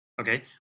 Okay